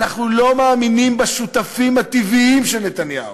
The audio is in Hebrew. אנחנו לא מאמינים בשותפים הטבעיים של נתניהו.